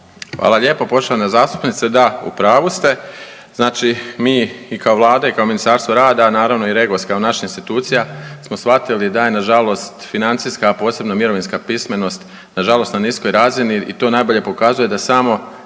Hvala lijepo poštovana zastupnice, da u pravu ste znači mi i kao vlada i Ministarstvo rada, naravno i Regos kao naša institucija smo shvatili da je nažalost financijska, a posebno mirovinska pismenost nažalost na niskoj razini to najbolje pokazuje da samo